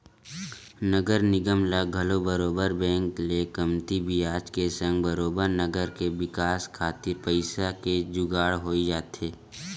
नगर निगम ल घलो बरोबर बेंक ले कमती बियाज के संग बरोबर नगर के बिकास खातिर पइसा के जुगाड़ होई जाथे